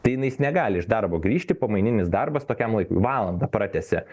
tai jinais negali iš darbo grįžti pamaininis darbas tokiam laikui valandą pratęsia